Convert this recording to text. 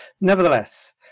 Nevertheless